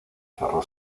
cerró